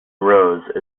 rose